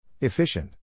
Efficient